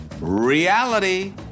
Reality